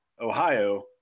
Ohio